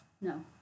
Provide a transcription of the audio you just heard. No